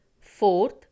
fourth